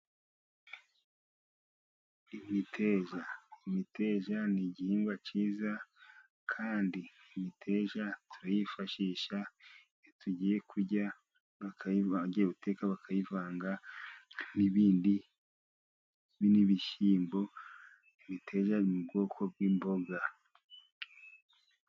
Imiteza, imiteja n'igihingwa cyiza, kandi imiteja turayifashisha iyo tugiye kurya, bagiye guteka bakayivanga n'ibindi, n'ibishyimbo imiteja iri mu bwoko bw'imboga.